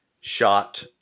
shot